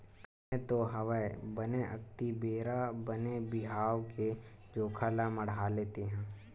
बने तो हवय बने अक्ती बेरा बने बिहाव के जोखा ल मड़हाले तेंहा